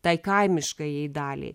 tai kaimiškajai daliai